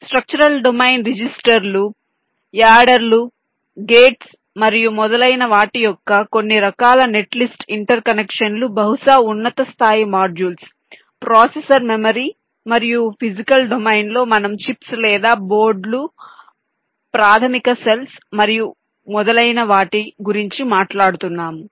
structural domain రిజిస్టర్లు adders gates మరియు మొదలైన వాటి యొక్క కొన్ని రకాల నెట్ లిస్ట్ ఇంటర్ కనెక్షన్లు బహుశా ఉన్నత స్థాయి మాడ్యూల్స్ ప్రాసెసర్ మెమరీ మరియు ఫిజికల్ డొమైన్లో మనము చిప్స్ లేదా బోర్డులు ప్రాథమిక సెల్స్ ట్రాన్సిస్టర్లు మరియు మొదలైన వాటి గురించి మాట్లాడుతున్నాము